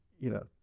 you know,